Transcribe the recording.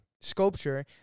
sculpture